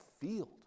field